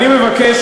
אני מבקש,